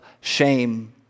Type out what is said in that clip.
shame